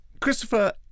Christopher